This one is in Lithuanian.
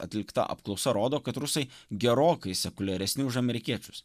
atlikta apklausa rodo kad rusai gerokai sekuliaresni už amerikiečius